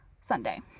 Sunday